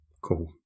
cool